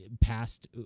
past